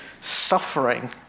suffering